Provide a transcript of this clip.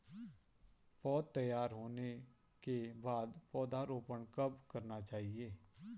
पौध तैयार होने के बाद पौधा रोपण कब करना चाहिए?